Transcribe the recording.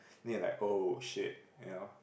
then you're like oh shit you know